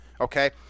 okay